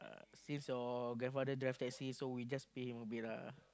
since your grandfather drive taxi so we just pay him a bit lah